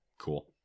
cool